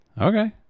Okay